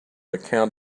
account